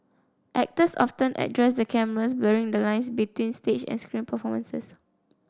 actors often addressed the cameras blurring the lines between stage and screen performances